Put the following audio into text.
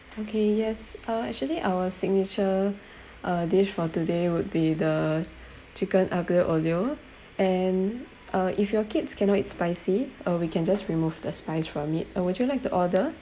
okay yes uh actually our signature uh dish for today would be the chicken aglio-olio and uh if your kids cannot eat spicy uh we can just remove the spice from it uh would you like to order